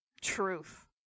truth